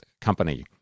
company